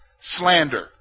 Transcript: slander